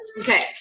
Okay